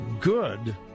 good